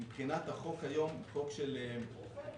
מבחינת החוק היום, חוק של הנכים,